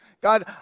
God